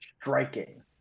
striking